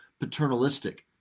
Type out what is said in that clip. paternalistic